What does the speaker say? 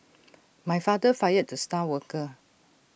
my father fired the star worker